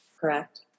Correct